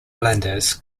islanders